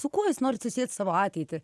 su kuo jūs norit susiet savo ateitį